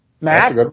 Matt